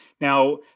Now